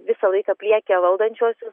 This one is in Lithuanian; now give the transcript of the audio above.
visą laiką pliekia valdančiuosius